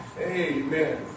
Amen